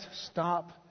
stop